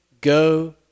go